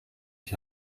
ich